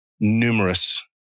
numerous